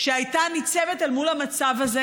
שהייתה ניצבת אל מול המצב הזה.